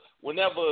whenever